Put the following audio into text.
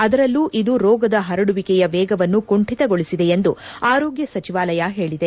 ಅದರಲ್ಲೂ ಇದು ರೋಗದ ಹರಡುವಿಕೆಯ ವೇಗವನ್ನು ಕುಂಠಿತಗೊಳಿಸಿದೆ ಎಂದು ಆರೋಗ್ಯ ಸಚಿವಾಲಯ ಹೇಳಿದೆ